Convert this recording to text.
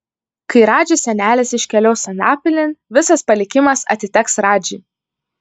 kai radži senelis iškeliaus anapilin visas palikimas atiteks radži